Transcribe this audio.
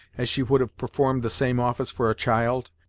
as she would have performed the same office for a child,